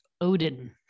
Odin